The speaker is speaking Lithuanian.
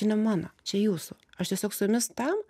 čia ne mano čia jūsų aš tiesiog su jumis tam